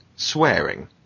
swearing